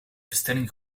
bestelling